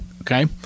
Okay